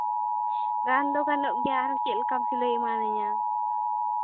ᱜᱟᱱ ᱫᱚ ᱜᱟᱱᱚᱜ ᱜᱮᱭᱟ ᱟᱨᱦᱚᱸ ᱪᱮᱫ ᱞᱮᱠᱟᱢ ᱥᱤᱞᱟᱹᱭ ᱮᱢᱟᱱ ᱤᱧᱟᱹ